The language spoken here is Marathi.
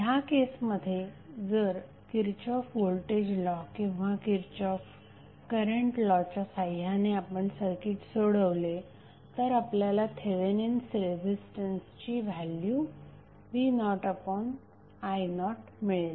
ह्या केसमध्ये जर किरचॉफ व्होल्टेज लॉ किंवा किरचॉफ करंट लॉच्या साह्याने आपण सर्किट सोडवले तर आपल्याला थेवेनिन्स रेझिस्टन्सची व्हॅल्यु v0i0 मिळेल